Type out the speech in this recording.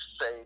say